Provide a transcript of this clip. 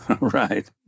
right